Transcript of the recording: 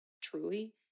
truly